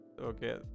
Okay